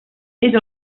era